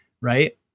right